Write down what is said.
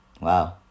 wow